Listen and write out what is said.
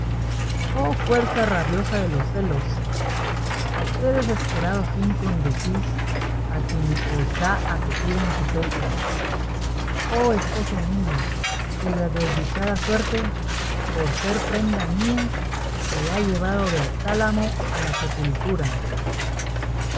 oh fuerza rabiosa de los celos a qué desesperado fin conducís a quien os da acogida en su pecho oh esposo mío cuya desdichada suerte por ser prenda mía te ha llevado del tálamo a la sepultura